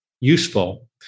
useful